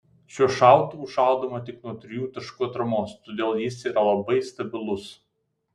šiuo šautuvu šaudoma tik nuo trijų taškų atramos todėl jis yra labai stabilus